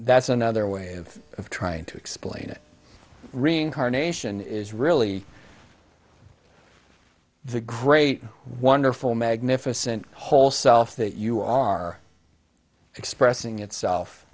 that's another way of trying to explain it reincarnation is really the great wonderful magnificent whole self that you are expressing itself